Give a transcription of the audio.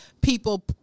people